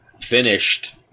finished